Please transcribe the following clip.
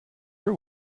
are